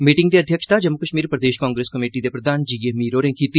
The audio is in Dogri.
मीटिंग दी अध्यक्षता जम्मू कश्मीर प्रदेश कांग्रेस कमेटी दे प्रधान जी ए मीर होरें कीती